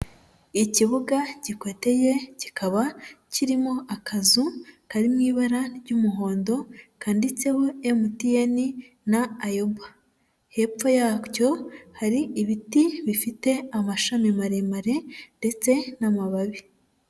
Ikibuga gikoteye kikaba kirimo akazu kari mu ibara ry'umuhondo kanditseho MTN na Ayoba, hepfo yabyo hari ibiti bifite amashami maremare ndetse n'amababi.